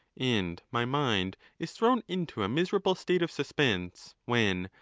and my mind is thrown into a miserable state of suspense when,